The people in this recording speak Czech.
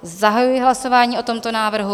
Zahajuji hlasování o tomto návrhu.